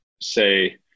say